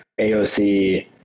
AOC